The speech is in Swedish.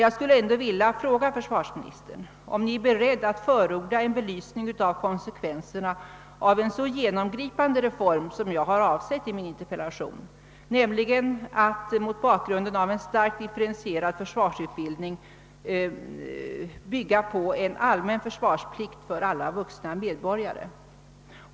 Jag skulle ändå vilja fråga försvarsministern om han är beredd att förorda en belysning av konsekvenserna av en så genomgripande reform som jag har avsett, nämligen att mot bakgrunden av en starkt differentierad försvarsutbildning genomföra en allmän försvarsplikt för alla vuxna medborgare.